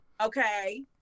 okay